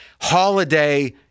Holiday